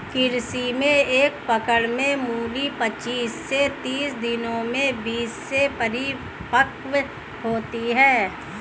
कृषि में एक पकड़ में मूली पचीस से तीस दिनों में बीज से परिपक्व होती है